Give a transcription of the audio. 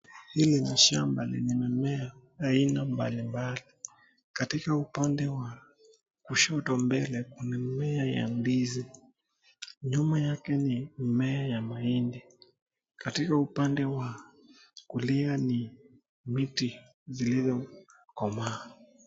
Hili ni shamba lenye mimea aina mbali mbali. Katika upande wa kushoto mbele kuna mimea ya ndizi, nyuma yake ni mimea ya mahindi katika upande wa kulia ni miti iliyokomaa.